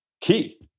Key